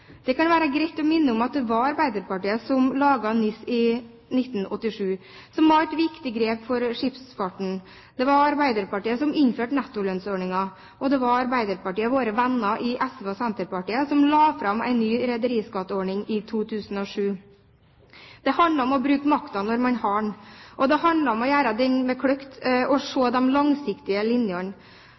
Det kan være greit å minne om at det var Arbeiderpartiet som laget NIS i 1987, som var et viktig grep for skipsfarten. Det var Arbeiderpartiet som innførte nettolønnsordningen, og det var Arbeiderpartiet og våre venner i SV og Senterpartiet som la fram en ny rederiskatteordning i 2007. Det handler om å bruke makten når man har den, og det handler om å bruke den med kløkt og se de langsiktige linjene.